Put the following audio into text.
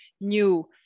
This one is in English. new